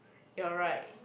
you're right